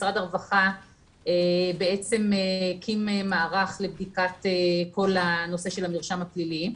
משרד הרווחה הקים מערך לבדיקת כל הנושא של המרשם הפלילי.